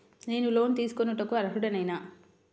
నేను లోన్ తీసుకొనుటకు అర్హుడనేన?